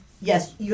yes